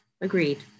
agreed